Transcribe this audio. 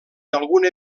alguna